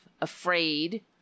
afraid